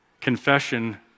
confession